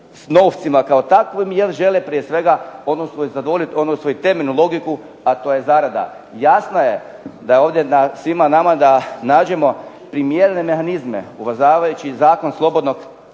novcima kao takvim jer žele prije svega odnosno zadovoljiti svoju temeljnu logiku to je zarada. Jasno je svima nama da nađemo primjerene … uvažavajući zakon slobodnog